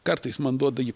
kartais man duoda jį